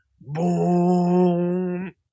boom